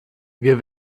wir